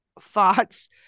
thoughts